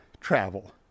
travel